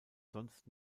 sonst